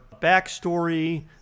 backstory